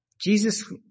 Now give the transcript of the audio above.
Jesus